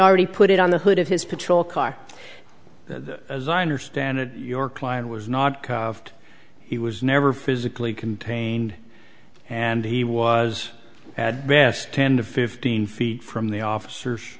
already put it on the hood of his patrol car as i understand it your client was not carved he was never physically contained and he was at best ten to fifteen feet from the officers